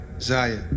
Zaya